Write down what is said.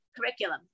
curriculum